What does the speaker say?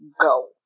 Go